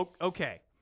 Okay